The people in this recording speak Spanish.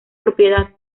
propiedad